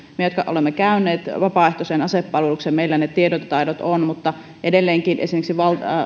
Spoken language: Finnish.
meillä jotka olemme käyneet vapaaehtoisen asepalveluksen ne tiedot taidot ovat mutta edelleenkään